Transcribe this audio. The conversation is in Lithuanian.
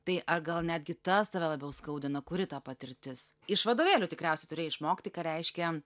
tai ar gal netgi tas tave labiau skaudina kuri ta patirtis iš vadovėlių tikriausiai turėjai išmokti ką reiškia